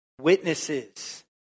witnesses